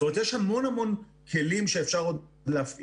זאת אומרת, יש המון המון כלים שאפשר עוד להפעיל.